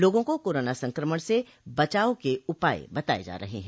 लोगों को कोरोना संकमण से बचाव के उपाय बताये जा रहे हैं